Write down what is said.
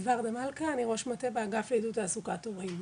מלכה, אני ראש מטה באגף עידוד תעסוקת הורים.